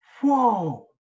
Whoa